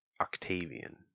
Octavian